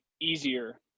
easier